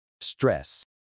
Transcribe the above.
stress